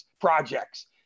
projects